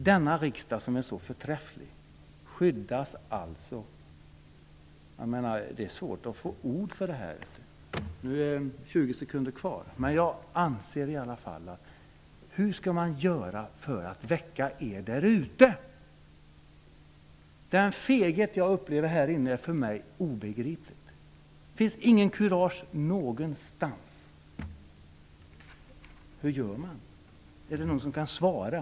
Denna riksdag som är så förträfflig deltar alltså i skyddet. Det är svårt att finna ord. Nu är det bara 20 sekunder kvar av min talartid. Hur skall man göra för att väcka er därute? Den feghet som jag upplever här inne är för mig obegriplig. Det finns ingen kurage någonstans. Hur gör man? Är det någon som kan svara?